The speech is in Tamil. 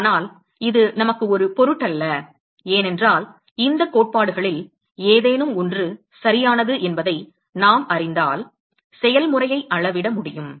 ஆனால் இது எங்களுக்கு ஒரு பொருட்டல்ல ஏனென்றால் இந்த கோட்பாடுகளில் ஏதேனும் ஒன்று சரியானது என்பதை நாம் அறிந்தால் செயல்முறையை அளவிட முடியும்